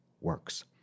works